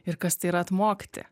ir kas tai yra atmokti